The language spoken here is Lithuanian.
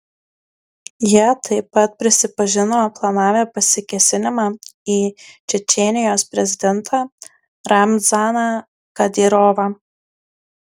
jie taip pat prisipažino planavę pasikėsinimą į čečėnijos prezidentą ramzaną kadyrovą